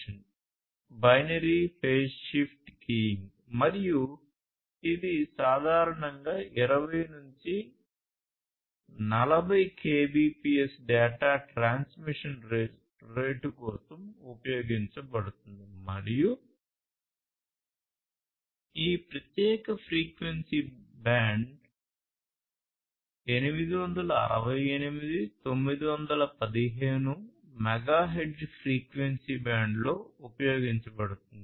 binary phase shift keying మరియు ఇది సాధారణంగా 20 నుండి 40 Kbps డేటా ట్రాన్స్మిషన్ రేటు కోసం ఉపయోగించబడుతుంది మరియు ఈ ప్రత్యేక ఫ్రీక్వెన్సీ బ్యాండ్ 868 915 మెగాహెర్ట్జ్ ఫ్రీక్వెన్సీ బ్యాండ్లో ఉపయోగించబడుతుంది